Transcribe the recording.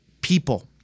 people